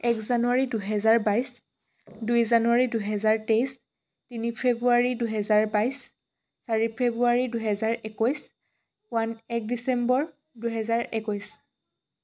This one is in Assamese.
এক জানুৱাৰী দুহেজাৰ বাইছ দুই জানুৱাৰী দুহেজাৰ তেইছ তিনি ফেব্ৰুৱাৰী দুহেজাৰ বাইছ চাৰি ফেব্ৰুৱাৰী দুহেজাৰ একৈছ ওৱান এক ডিচেম্বৰ দুহেজাৰ একৈছ